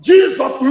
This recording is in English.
Jesus